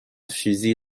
fusil